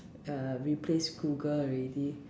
uh replaced Google already